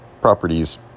properties